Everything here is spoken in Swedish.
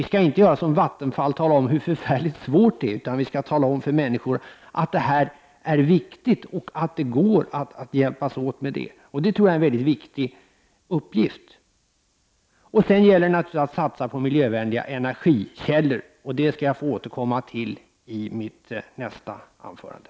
Vi skall inte göra som Vattenfall som talar om hur förfärligt svårt det är, utan vi skall tala om för människor att detta är viktigt och att det går att hjälpas åt. Det är en väldigt viktig uppgift. Det gäller naturligtvis också att satsa på alternativa energikällor. Men det skall jag be att få återkomma till i mitt nästa inlägg.